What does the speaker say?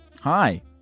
Hi